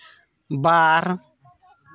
ᱵᱟᱨ